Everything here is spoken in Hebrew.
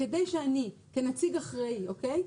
כדי שאני כנציג אחראי, אוקיי?